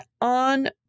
on